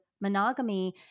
monogamy